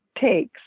takes